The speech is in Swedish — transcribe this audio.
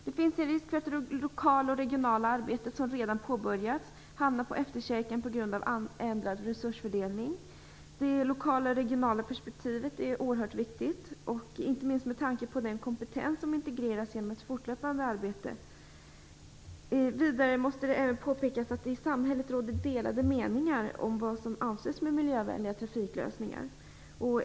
Det finns en risk för att det lokala och regionala arbetet som redan påbörjats hamnar på efterkälken på grund av ändrad resursfördelnig. Det lokala och regionala perspektivet är oerhört viktigt, inte minst med tanke på den kompetens som integreras genom ett fortlöpande arbete. Vidare måste det även påpekas att det i samhället råder delade meningar om vad som avses med miljövänliga trafiklösningar.